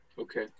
Okay